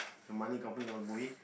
your money company all